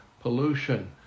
pollution